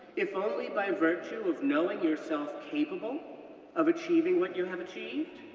if only by virtue of knowing yourself capable of achieving what you have achieved?